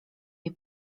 jej